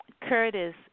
Curtis